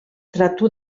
tratu